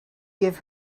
give